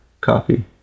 copy